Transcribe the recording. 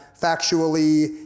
factually